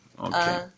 Okay